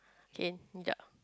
okay ya